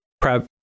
prep